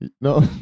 No